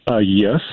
Yes